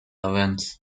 events